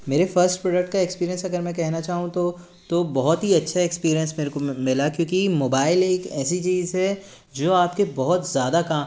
मेरे first product का experience अगर मैं कहना चाहूँ तो तो बहुत ही अच्छा एक्सपीरिएन्स मेरे को मिला क्योंकि मोबाईल एक ऐसी चीज़ है जो आपके बहुत ज़्यादा काम